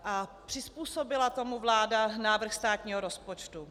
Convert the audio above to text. A přizpůsobila tomu vláda návrh státního rozpočtu?